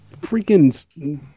freaking